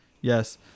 Yes